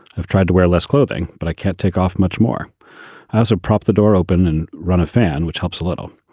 i've tried to wear less clothing, but i can't take off much more as a prop the door open and run a fan, which helps a little,